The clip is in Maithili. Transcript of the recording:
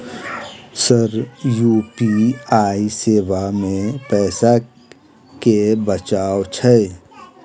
सर यु.पी.आई सेवा मे पैसा केँ बचाब छैय?